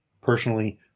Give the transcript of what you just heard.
personally